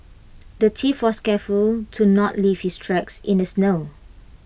the thief was careful to not leave his tracks in the snow